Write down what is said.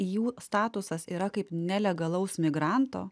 jų statusas yra kaip nelegalaus migranto